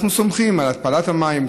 אנחנו סומכים על התפלת המים,